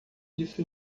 isso